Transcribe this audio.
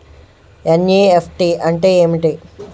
NEFT అంటే ఏమిటి?